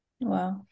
Wow